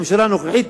הממשלה הנוכחית.